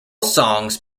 songs